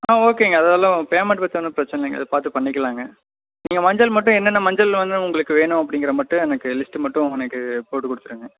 ஆ ஓகேங்க அது வரலும் பேமெண்ட் பத்தின பிரச்சனை இல்லைங்க அது பார்த்து பண்ணிக்கலாங்க நீங்கள் மஞ்சள் மட்டும் என்னென்ன மஞ்சள் வந்து உங்களுக்கு வேணும் அப்படிங்கற மட்டும் எனக்கு லிஸ்ட்டு மட்டும் எனக்கு போட்டு கொடுத்துருங்க